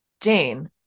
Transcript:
Jane